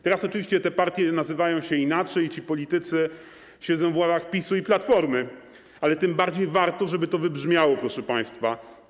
Teraz oczywiście te partie nazywają się inaczej, ci politycy siedzą w ławach PiS-u i Platformy, ale tym bardziej warto, żeby to wybrzmiało, proszę państwa.